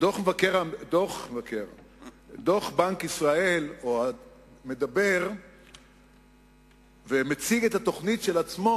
דוח בנק ישראל מדבר ומציג את התוכנית של עצמו: